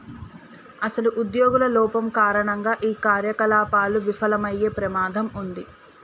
అసలు ఉద్యోగుల లోపం కారణంగా ఈ కార్యకలాపాలు విఫలమయ్యే ప్రమాదం ఉంది